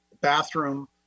bathroom